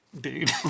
dude